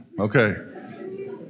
Okay